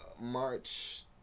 March